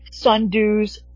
sundews